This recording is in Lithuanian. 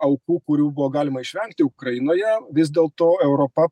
aukų kurių buvo galima išvengti ukrainoje vis dėlto europa